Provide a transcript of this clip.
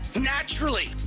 naturally